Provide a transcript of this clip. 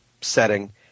Setting